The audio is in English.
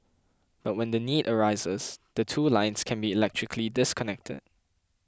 but when the need arises the two lines can be electrically disconnected